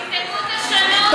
תבדקו את השונות,